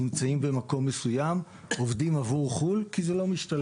נמצאים במקום מסוים ועובדים עבור חו"ל כי זה לא משתלם להם.